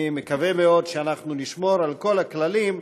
אני מקווה מאוד שאנחנו נשמור על כל הכללים.